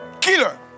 killer